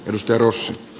prosperos